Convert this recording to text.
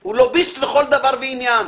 הוא לוביסט לכל דבר ועניין,